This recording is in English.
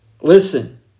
Listen